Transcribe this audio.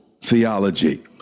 theology